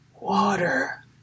Water